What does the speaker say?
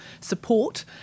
support